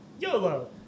YOLO